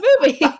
movie